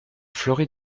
fleurie